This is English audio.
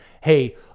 Hey